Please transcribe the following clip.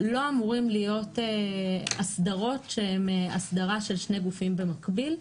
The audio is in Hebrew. לא אמורים להיות אסדרות שהם אסדרה של שני גופים במקביל.